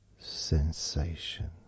sensation